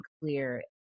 clear